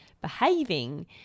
behaving